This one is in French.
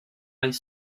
les